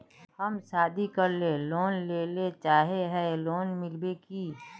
हम शादी करले लोन लेले चाहे है लोन मिलते की?